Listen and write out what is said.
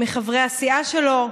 מחברי הסיעה שלו: